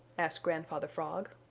asked grandfather frog.